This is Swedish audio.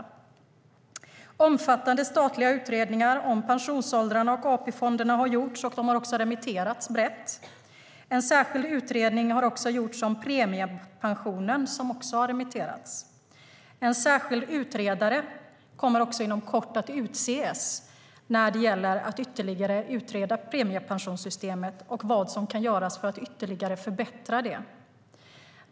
Omfattande statliga utredningar om pensionsåldrarna och AP-fonderna har gjorts och remitterats brett. En särskild utredning har också gjorts om premiepensionen som också har remitterats. En särskild utredare kommer inom kort att utses för att ytterligare utreda premiepensionssystemet och vad som kan göras för att ytterligare förbättra det.